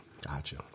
Gotcha